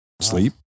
sleep